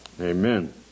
Amen